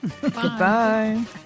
Goodbye